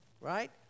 right